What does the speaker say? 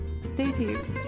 status